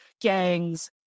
gangs